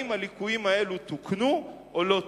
אם הליקויים האלה תוקנו או לא תוקנו.